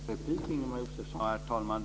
Herr talman!